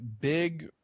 Big